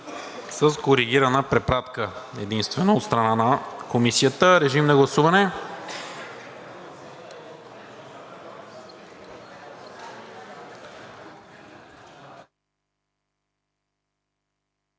с коригирана препратка единствено от страна на Комисията. Гласували